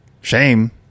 Shame